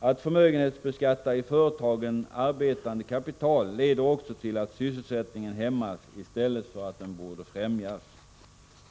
Att förmögenhetsbeskatta i företagen arbetande kapital leder också till att sysselsättningen hämmas i stället för att den borde främjas.